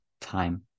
time